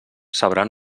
sabran